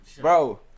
Bro